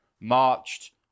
marched